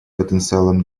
потенциалом